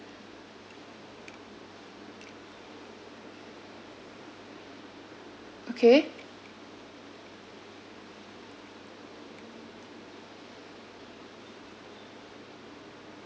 okay